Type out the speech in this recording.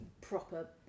proper